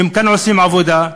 שעושים עבודה,